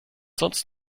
sonst